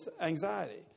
anxiety